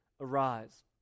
Arise